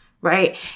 right